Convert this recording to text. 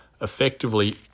effectively